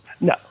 No